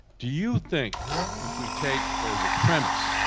do you think if we take as a premise